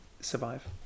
survive